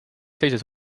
teises